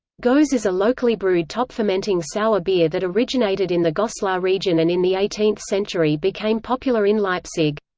gose is a locally brewed top-fermenting sour beer that originated in the goslar region and in the eighteenth century became popular in leipzig.